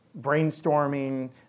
brainstorming